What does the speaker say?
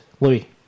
Louis